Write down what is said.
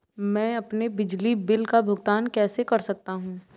मैं अपने बिजली बिल का भुगतान कैसे कर सकता हूँ?